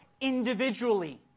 Individually